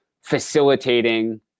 facilitating